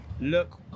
look